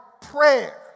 prayer